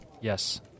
Yes